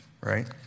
right